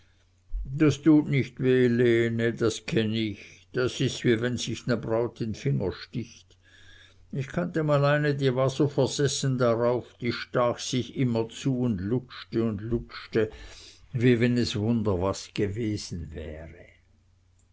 das tut nich weh lene das kenn ich das is wie wenn sich ne braut in n finger sticht ich kannte mal eine die war so versessen drauf die stach sich immerzu un lutschte und lutschte wie wenn es wunder was wäre